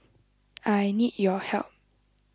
I need your help